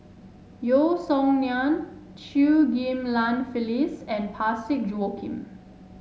Yeo Song Nian Chew Ghim Lian Phyllis and Parsick Joaquim